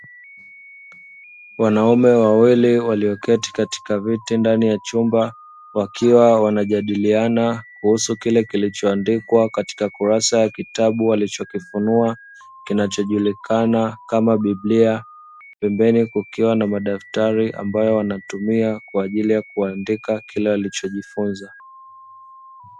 Wanaume wawili walioketi katika viti ndani ya chumba, wakiwa wanajadiliana kuhusu kile kilichoandikwa katika kurasa ya kitabu walichokifunua kinachojulikana kama bibilia, pembeni kukiwa na madaftari ambayo wanatumia kwa ajili ya kuandika kile walichojifunza.